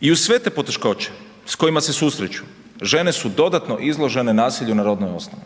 I uz sve te poteškoće s kojima se susreću žene su dodatno izložene nasilju na rodnoj osnovi.